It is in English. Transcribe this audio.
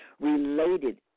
related